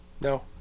No